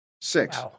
Six